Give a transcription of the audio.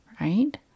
right